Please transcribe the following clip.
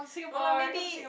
no lah maybe